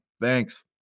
Thanks